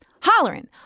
hollering